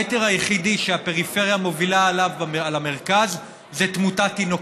הפרמטר היחיד שהפריפריה מובילה בו על המרכז זה תמותת תינוקות,